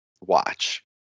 watch